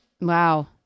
Wow